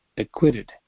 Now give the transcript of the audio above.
acquitted